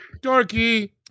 dorky